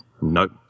Nope